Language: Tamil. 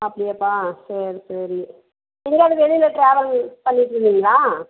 அப்படியாப்பா சரி சரி எங்கேயாவது வெளியில் டிராவல் பண்ணிட்டுருக்கீங்களா